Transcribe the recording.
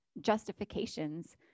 Justifications